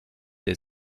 der